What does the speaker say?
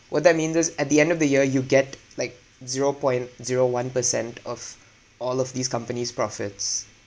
what that means is at the end of the year you get like zero point zero one percent of all of these companies' profits